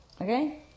Okay